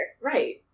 Right